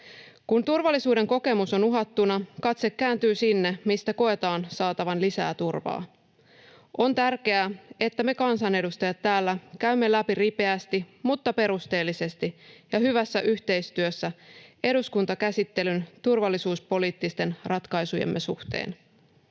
Kun turvallisuuden kokemus on uhattuna, katse kääntyy sinne, mistä koetaan saatavan lisää turvaa. On tärkeää, että me kansanedustajat täällä käymme läpi ripeästi mutta perusteellisesti ja hyvässä yhteistyössä eduskuntakäsittelyn turvallisuuspoliittisten ratkaisujemme suhteen.